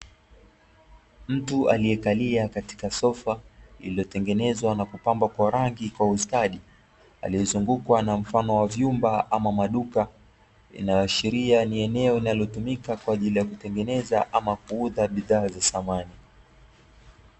Mtu aliekalia katika sofa lililotengezwa na kupambwa kwa rangi kwa ustadi, aliezungukwa na mfano wa vyumba ama maduka yanayoashiria ni eneo linalotumika kwa ajili ya kutenengeneza ama kuuza bidhaa za samani.